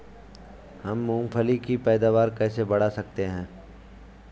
हम मूंगफली की पैदावार कैसे बढ़ा सकते हैं?